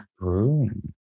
brewing